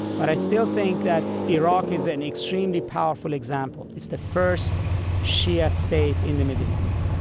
but i still think that iraq is an extremely powerful example. it's the first shia state in the middle east.